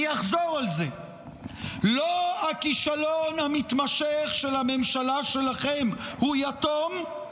אני אחזור על זה: לא הכישלון המתמשך של הממשלה שלכם הוא יתום,